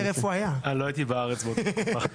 אני לא הייתי בארץ באותו זמן.